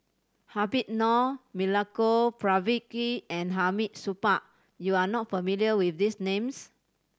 Habib Noh Milenko Prvacki and Hamid Supaat you are not familiar with these names